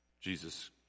Jesus